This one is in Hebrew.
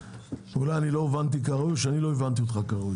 אולי לא הובנתי כראוי או שאני לא הבנתי כראוי.